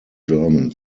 german